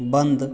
बन्द